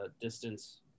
distance